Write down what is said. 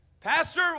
Pastor